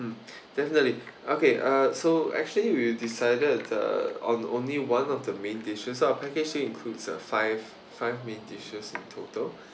mm definitely okay uh so actually you decided uh on only one of the main dishes so our package includes uh five five main dishes in total